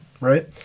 right